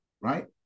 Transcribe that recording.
right